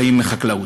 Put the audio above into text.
חיים מחקלאות.